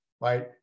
right